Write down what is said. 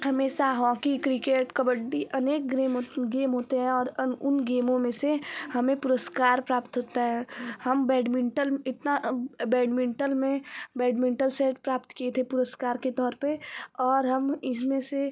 हमेशा hockey cricket kabaddi अनेक ग्रेम् गेम होते हैं और अन उन गेमों में से हमे पुरस्कार प्राप्त होता है हम बैडमिंटन इतना बैडमिंटन में बैडमिंटन सेट प्राप्त किए थे पुरस्कार के तौर पर और हम इसमें से